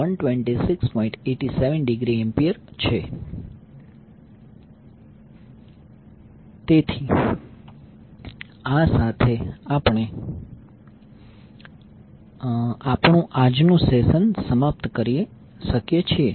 87°A છે તેથી આ સાથે આપણે આપણું આજનું સેશન સમાપ્ત કરી શકીએ છીએ